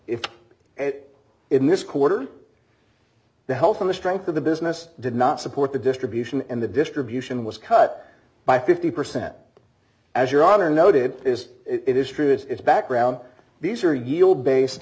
it in this quarter the health of the strength of the business did not support the distribution and the distribution was cut by fifty percent as your other noted is it is true it's background these are you